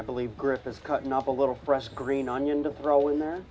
i believe griffiths cutting off a little fresh green onion to throw in there